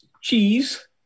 cheese